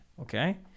Okay